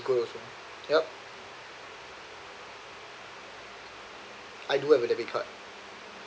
going to yup I do have a debit card